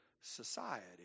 society